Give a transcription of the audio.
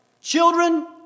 children